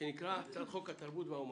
שנקרא הצעת חוק התרבות והאומנות.